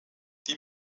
die